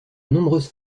nombreuses